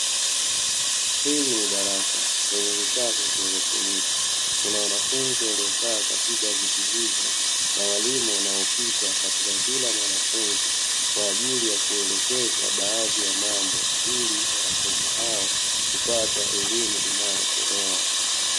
Hili ni darasa lenye vifaa vya kielektroniki, kuna wanafunzi waliokaa katika viti hivyo na walimu wanaopita katika kila mwanafunzi kwa ajili ya kuelekeza baadhi ya mambo ili kupata elimu inayotolewa.